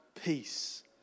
Peace